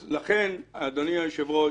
אז לכן, אדוני היושב ראש,